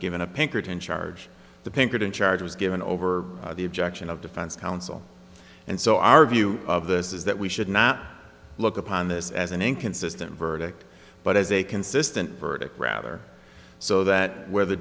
given a pinkerton charge the pinkerton charge was given over the objection of defense counsel and so our view of this is that we should not look upon this as an inconsistent verdict but as a consistent verdict rather so that where the